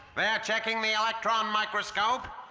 checking the electron microscope.